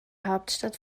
hauptstadt